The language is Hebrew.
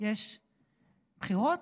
יש בחירות,